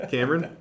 Cameron